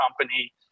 company